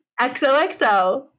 XOXO